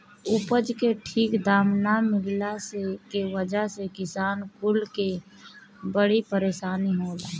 उपज के ठीक दाम ना मिलला के वजह से किसान कुल के बड़ी परेशानी होला